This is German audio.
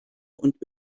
und